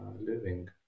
living